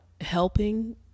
helping